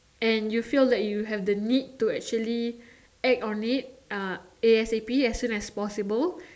and you feel that you have the need to actually act on it uh A_S_A_P as soon as possible